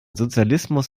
sozialismus